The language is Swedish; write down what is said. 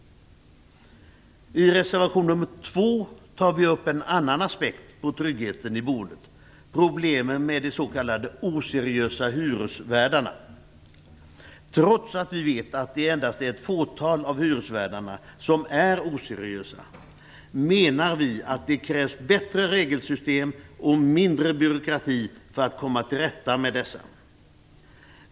I reservation nr 2 tar vi upp en annan aspekt på tryggheten i boendet: problemen med de s.k. oseriösa hyresvärdarna. Trots att vi vet att endast ett fåtal av hyresvärdarna är oseriösa menar vi att det krävs bättre regelsystem och mindre byråkrati för att man skall komma till rätta med dessa.